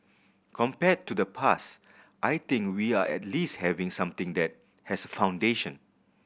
compared to the past I think we are at least having something that has foundation